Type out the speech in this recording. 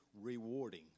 rewarding